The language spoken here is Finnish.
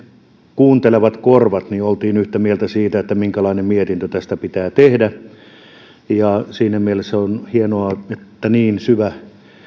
kuuntelevat korvat olimme yhtä mieltä siitä minkälainen mietintö tästä pitää tehdä ja siinä mielessä on hienoa että niin syvä